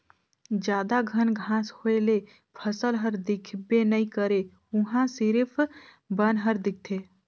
जादा घन घांस होए ले फसल हर दिखबे नइ करे उहां सिरिफ बन हर दिखथे